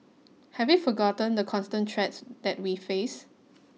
have we forgotten the constant threats that we face